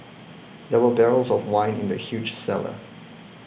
there were barrels of wine in the huge cellar